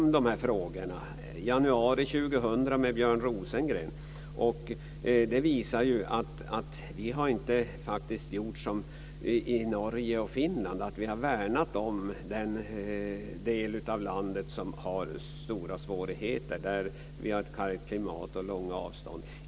I januari 2000 hade jag en interpellationsdebatt med Björn Rosengren. Det visar att vi inte har gjort som man har gjort i Norge och Finland där man har värnat den del av landet som har stora svårigheter med bl.a. kargt klimat och långa avstånd.